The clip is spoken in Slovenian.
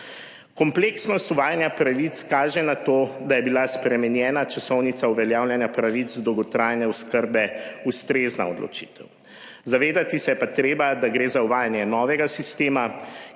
Kompleksnost uvajanja pravic kaže na to, da je bila spremenjena časovnica uveljavljanja pravic dolgotrajne oskrbe ustrezna odločitev, zavedati se je pa treba, da gre za uvajanje novega sistema,